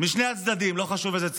משני הצדדים, לא חשוב מאיזה צד.